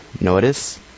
notice